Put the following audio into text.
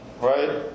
right